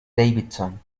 davidson